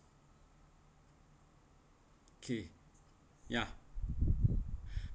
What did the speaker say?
okay ya